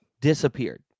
disappeared